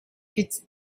its